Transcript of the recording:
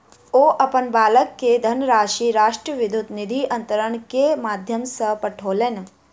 ओ अपन बालक के धनराशि राष्ट्रीय विद्युत निधि अन्तरण के माध्यम सॅ पठौलैन